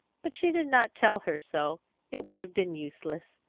but she did not tell her so it would have been useless.